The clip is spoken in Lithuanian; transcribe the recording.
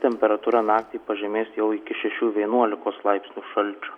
temperatūra naktį pažemės jau iki šešių vienuolikos laipsnių šalčio